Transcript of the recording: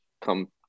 come